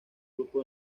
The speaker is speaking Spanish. grupo